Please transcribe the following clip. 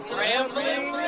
rambling